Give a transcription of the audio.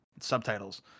subtitles